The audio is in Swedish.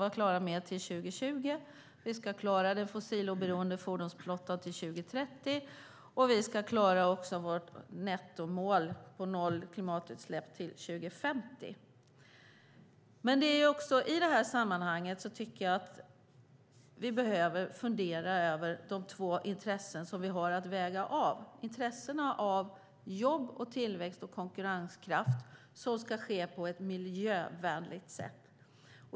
Vi ska klara att nå målet om en fossiloberoende fordonsflotta till 2030. Vi ska också klara av att nå nettomålet om noll klimatutsläpp till 2050. I det här sammanhanget tycker jag att vi behöver fundera över de två intressen som vi har att väga mot varandra. Det handlar om jobb, tillväxt och konkurrenskraft som ska ske på ett miljövänligt sätt.